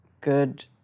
good